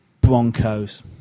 Broncos